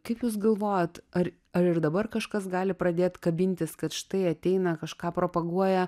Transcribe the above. kaip jūs galvojat ar ar ir dabar kažkas gali pradėt kabintis kad štai ateina kažką propaguoja